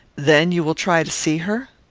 then you will try to see her?